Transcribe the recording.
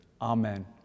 Amen